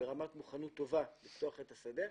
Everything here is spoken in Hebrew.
אנחנו ברמת מוכנות טובה לפתוח את השדה.